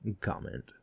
Comment